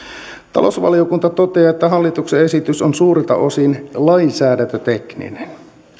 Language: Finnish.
talousvaliokunta toteaa että hallituksen esitys on suurilta osin lainsäädäntötekninen